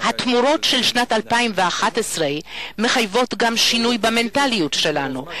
התמורות של שנת 2011 מחייבות גם שינוי במנטליות שלנו.